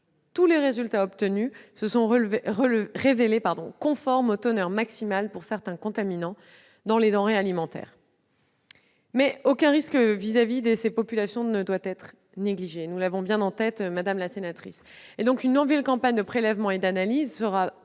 Tous les résultats obtenus se sont révélés conformes aux teneurs maximales pour certains contaminants dans les denrées alimentaires. Néanmoins, aucun risque à l'égard de ces populations ne doit être négligé, nous en sommes bien conscients, madame la sénatrice. Une nouvelle campagne de prélèvements et d'analyses sera